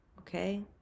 okay